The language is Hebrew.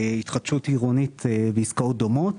התחדשות עירונית ועסקאות דומות?